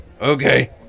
Okay